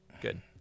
Good